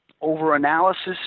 over-analysis